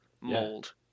mold